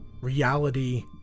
reality